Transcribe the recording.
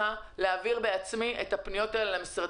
שוב, העסקים הקטנים